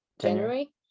January